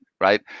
right